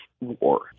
war